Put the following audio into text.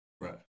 Right